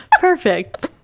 Perfect